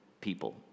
people